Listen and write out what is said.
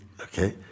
okay